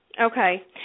Okay